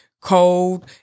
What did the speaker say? cold